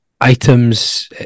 items